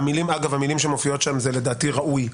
אגב, המילה המופיעה שם היא, לדעתי, ראוי.